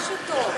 משהו טוב.